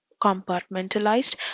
compartmentalized